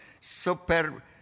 super